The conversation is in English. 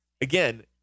again